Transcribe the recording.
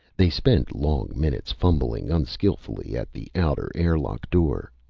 they spent long minutes fumbling unskillfully at the outer air-lock door.